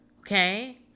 okay